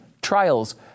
trials